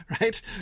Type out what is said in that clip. Right